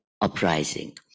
uprising